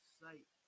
sight